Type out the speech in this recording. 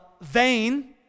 Vain